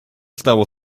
stało